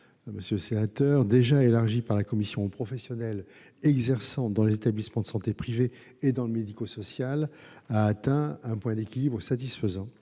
par l'article 21, déjà élargie par la commission aux professionnels exerçant dans les établissements de santé privés et dans le médico-social, a atteint un point d'équilibre satisfaisant.